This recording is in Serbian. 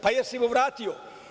Pa jesi li mu vratio?